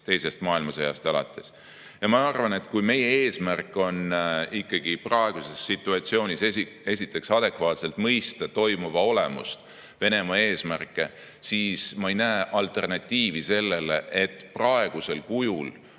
teisest maailmasõjast alates. Ma arvan, et kui meie eesmärk on ikkagi praeguses situatsioonis adekvaatselt mõista toimuva olemust, Venemaa eesmärke, siis ma ei näe alternatiivi sellele, et praegusel kujul,